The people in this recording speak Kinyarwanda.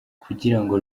kugirango